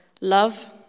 love